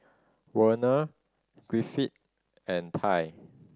Werner Griffith and Tye